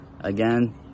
Again